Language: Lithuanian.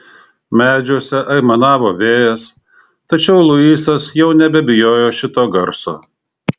medžiuose aimanavo vėjas tačiau luisas jau nebebijojo šito garso